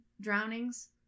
drownings